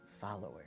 followers